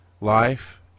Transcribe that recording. life